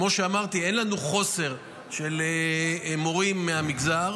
כמו שאמרתי, אין לנו חוסר של מורים מהמגזר,